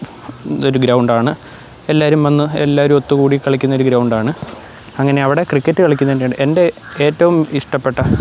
ഒരു ഗ്രൗണ്ട് ആണ് എല്ലാവരും വന്ന് എല്ലാവരും ഒത്തുകൂടി കളിക്കുന്നൊരു ഗ്രൗണ്ട് ആണ് അങ്ങനെ അവിടെ ക്രിക്കറ്റ് കളിക്കുന്നതിൻറെ ഇടയിൽ എൻ്റെ ഏറ്റവും ഇഷ്ടപ്പെട്ട